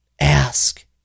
ask